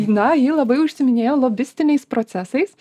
na ji labai užsiiminėjo lobistiniais procesais